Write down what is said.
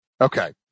Okay